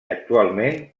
actualment